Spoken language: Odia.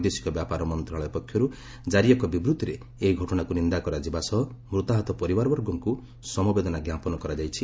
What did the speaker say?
ବୈଦେଶିକ ବ୍ୟାପାର ମନ୍ତ୍ରଣାଳୟ ପକ୍ଷରୁ ଜାରି ଏକ ବିବୃତ୍ତିରେ ଏହି ଘଟଣାକୁ ନିନ୍ଦା କରାଯିବା ସହ ମୃତାହତ ପରିବାରବର୍ଗଙ୍କୁ ସମବେଦନା ଜ୍ଞାପନ କରାଯାଇଛି